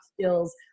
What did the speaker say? skills